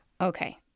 okay